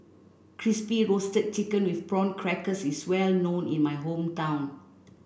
Crispy Roasted Chicken with Prawn Crackers is well known in my hometown